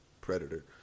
Predator